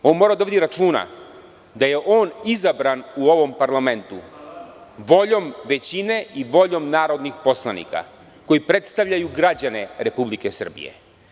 On mora da vodi računa da je on izabran u ovom parlamentu voljom većine i voljom narodnih poslanika, koji predstavljaju građane Republike Srbije.